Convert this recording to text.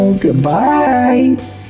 Goodbye